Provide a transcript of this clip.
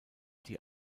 die